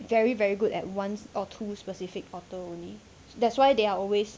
very very good at one or two specific author only that's why they are always